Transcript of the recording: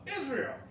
Israel